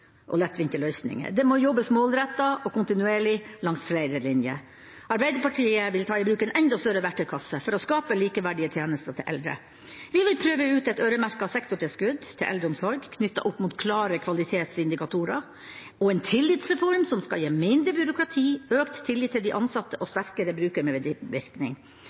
og lettvinte løsninger. Det må jobbes målrettet og kontinuerlig langs flere linjer. Arbeiderpartiet vil ta i bruk en enda større verktøykasse for å skape likeverdige tjenester til eldre. Vi vil prøve ut et øremerket sektortilskudd til eldreomsorg, knyttet opp mot klare kvalitetsindikatorer, og en tillitsreform som skal gi mindre byråkrati, økt tillit til de ansatte og sterkere